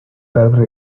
perdre